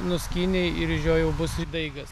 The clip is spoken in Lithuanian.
nuskynei ir iš jo jau bus ir daigas